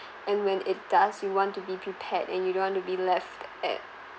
and when it does you want to be prepared and you don't want to be left at